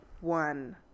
one